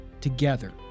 Together